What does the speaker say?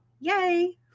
yay